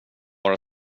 vara